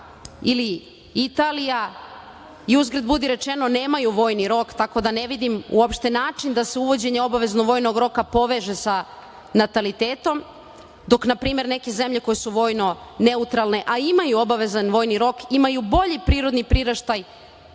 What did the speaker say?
ili Italija, i uzgred budi rečeno, nemaju vojni rok, tako da ne vidim uopšte način da se uvođenje obaveznog vojnog roka poveže sa natalitetom, dok na primer neke zemlje koje su vojno neutralne, a imaju obavezan vojni rok, imaju bolji prirodni priraštaj,